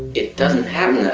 it doesn't happen that